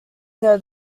know